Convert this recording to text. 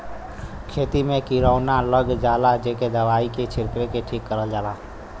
खेती में किरौना लग जाला जेके दवाई के छिरक के ठीक करल जाला